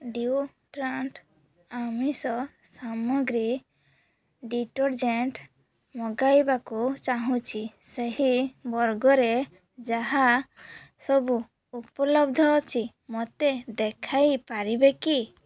ମୁଁ ଡିଓଡ୍ରାଣ୍ଟ ଆମିଷ ସାମଗ୍ରୀ ଡିଟର୍ଜେଣ୍ଟ ମଗାଇବାକୁ ଚାହୁଁଛି ସେହି ବର୍ଗରେ ଯାହା ସବୁ ଉପଲବ୍ଧ ଅଛି ମୋତେ ଦେଖାଇପାରିବେ କି